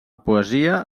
poesia